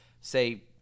say